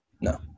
No